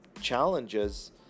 challenges